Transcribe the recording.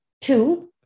Two